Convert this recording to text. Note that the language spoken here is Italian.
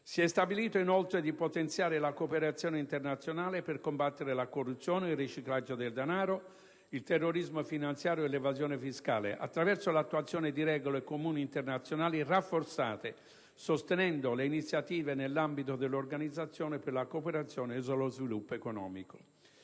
Si è stabilito, inoltre, di potenziare la cooperazione internazionale per combattere la corruzione, il riciclaggio del denaro, il terrorismo finanziario e l'evasione fiscale attraverso l'attuazione di regole comuni internazionali rafforzate, sostenendo le iniziative nell'ambito dell'Organizzazione per la cooperazione e lo sviluppo economico